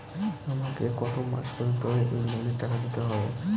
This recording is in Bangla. আমাকে কত মাস পর্যন্ত এই লোনের টাকা দিতে হবে?